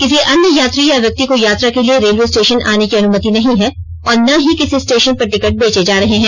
किसी अन्य यात्री या व्यक्ति को यात्रा के लिए रेलवे स्टेशन आने की अनुमति नहीं है और न ही किसी स्टेशन पर टिकट बेचे जा रहे हैं